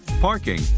parking